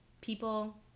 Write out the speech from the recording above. people